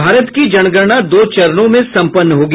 और भारत की जनगणना दो चरणों में सम्पन्न होगी